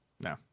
No